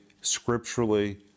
scripturally